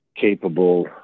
capable